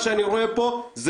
כרגע זה נראה לי כמחטף,